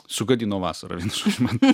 sugadino vasarą vienu žodžiu man